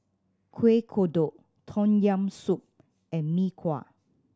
Kuih Kodok Tom Yam Soup and Mee Kuah